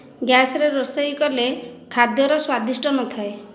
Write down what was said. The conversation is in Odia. ଗ୍ୟାସ୍ ରେ ରୋଷେଇ କଲେ ଖାଦ୍ୟର ସ୍ଵାଦିଷ୍ଟ ନଥାଏ